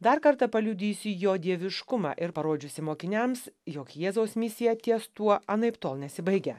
dar kartą paliudysiu jo dieviškumą ir parodžiusi mokiniams jog jėzaus misija ties tuo anaiptol nesibaigia